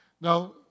now